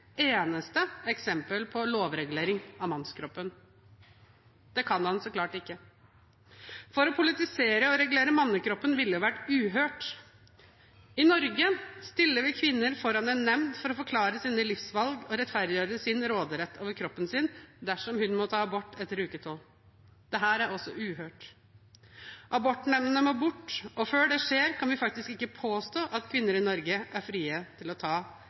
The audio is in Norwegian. eneste eksempel på lovregulering av mannekroppen. Det kan han så klart ikke, for å politisere og regulere mannekroppen ville vært uhørt. I Norge stiller vi en kvinne foran en nemnd for å forklare sine livsvalg og rettferdiggjøre sin råderett over kroppen sin dersom hun må ta abort etter uke 12. Dette er også uhørt. Abortnemndene må bort, og før det skjer, kan vi faktisk ikke påstå at kvinner i Norge er frie til å ta